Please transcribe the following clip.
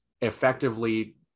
effectively